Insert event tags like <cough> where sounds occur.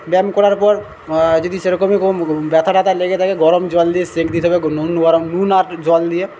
ব্যায়াম করার পর যদি সেরকমই ব্যথাট্যাথা লেগে থাকে গরম জল দিয়ে সেঁক দিতে হবে <unintelligible> নুন আর জল দিয়ে